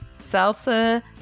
Salsa